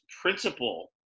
principle